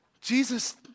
Jesus